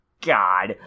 God